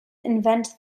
invent